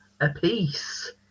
apiece